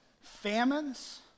famines